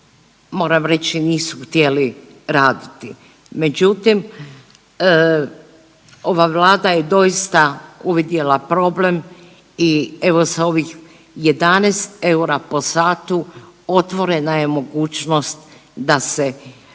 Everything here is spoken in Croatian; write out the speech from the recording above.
moram reći nisu htjeli raditi. Međutim, ova Vlada je doista uvidjela problem i evo sa ovih 11 eura po satu otvorena je mogućnost da se